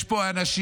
יש פה אנשים,